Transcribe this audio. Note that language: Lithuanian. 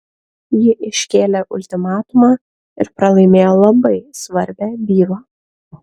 ji iškėlė ultimatumą ir pralaimėjo labai svarbią bylą